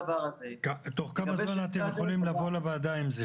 זה הדבר הזה --- תוך כמה זמן אתם יכולים לבוא לוועדה עם זה?